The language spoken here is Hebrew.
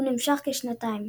והוא נמשך כשנתיים.